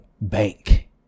bank